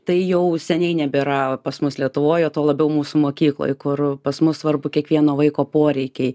tai jau seniai nebėra pas mus lietuvoj o tuo labiau mūsų mokykloj kur pas mus svarbu kiekvieno vaiko poreikiai